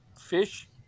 Fish